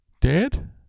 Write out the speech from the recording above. Dead